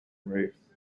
race